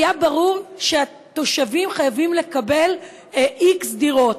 היה ברור שהתושבים חייבים לקבל x דירות.